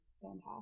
Fantastic